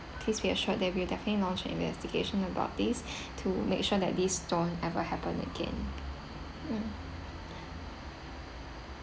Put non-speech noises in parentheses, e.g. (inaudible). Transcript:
please be assured that we'll definitely launch an investigation about this (breath) to make sure that this don't ever happen again mm